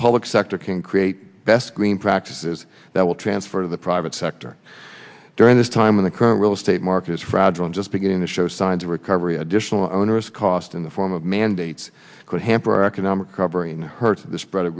public sector can create best green practices that will transfer to the private sector during this time when the current real estate market is fragile and just beginning to show signs of recovery additional onerous cost in the form of mandates could barack obama covering her to the spread of